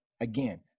Again